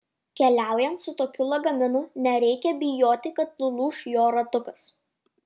keliaujant su tokiu lagaminu nereikia bijoti kad nulūš jo ratukas